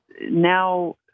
now